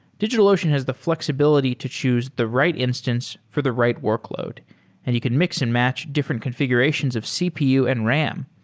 digitalocean has the fl exibility to choose the right instance for the right workload and he could mix-and-match different confi gurations of cpu and ram.